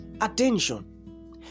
attention